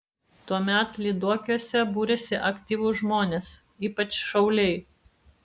tuomet lyduokiuose būrėsi aktyvūs žmonės ypač šauliai